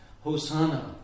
Hosanna